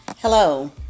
Hello